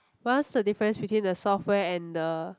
what's the different between the software and the